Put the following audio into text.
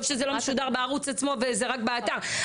טוב שזה לא משודר בערוץ עצמו וזה רק באתר.